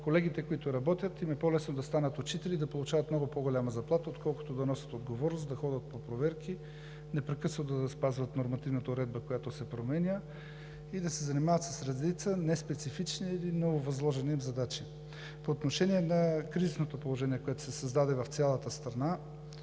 Колегите, които работят, им е по-лесно да станат учители и да получават много по-голяма заплата, отколкото да носят отговорност, да ходят по проверки, непрекъснато да спазват нормативната уредба, която се променя, и да се занимават с редица неспецифични или нововъзложени им задачи. По отношение на кризисното положение, което се създаде в цялата страна,